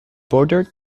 bordered